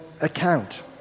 account